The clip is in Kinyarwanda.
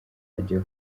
ajya